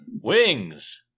Wings